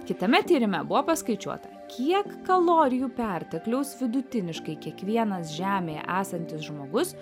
kitame tyrime buvo paskaičiuota kiek kalorijų pertekliaus vidutiniškai kiekvienas žemėje esantis žmogus